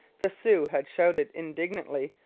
the sioux had shouted indignantly,